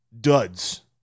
Duds